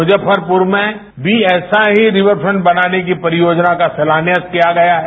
मुजफ्फरपुर में भी ऐसा ही रिवर फ्रंट बनाने की परियोजना का शिलान्यास किया गया है